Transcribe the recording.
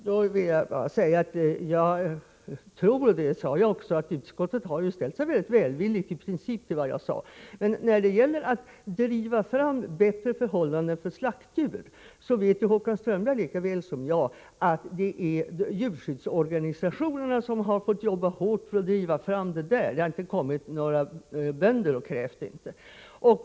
Herr talman! Jag tror — det sade jag också i mitt anförande — att utskottet i princip ställt sig mycket välvilligt till mina förslag. Men när det gäller att driva fram bättre förhållanden för slaktdjur vet Håkan Strömberg lika väl som jag att det är djurskyddsorganisationerna som fått jobba väldigt hårt för att driva fram förbättringarna. Det har inte kommit några bönder och krävt detta.